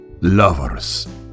Lovers